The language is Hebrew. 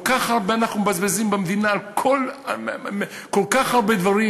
כל כך הרבה אנחנו מבזבזים במדינה על כל כך הרבה דברים,